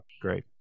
Great